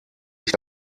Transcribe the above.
sich